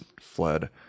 fled